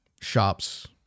shops